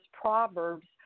Proverbs